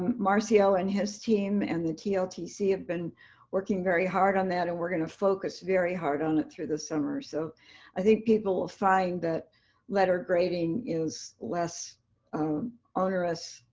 marzio and his team and the tltc have been working very hard on that, and we're going to focus very hard on it through the summer. so i think people will find that letter grading is less onerous,